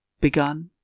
begun